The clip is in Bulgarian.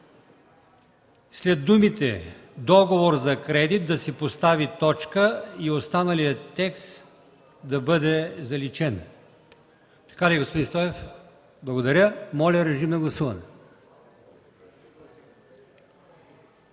след думите „договор за кредит” да се постави точка и останалият текст да бъде заличен. Така ли е, господин Стоев? Благодаря. Моля, режим на гласуване.